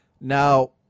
Now –